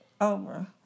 over